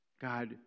God